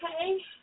okay